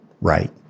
right